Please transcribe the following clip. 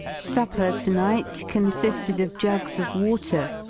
supper to-night consi ed of jugs of water,